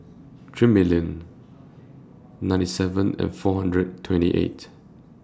three million ninety seven and four hundred twenty eight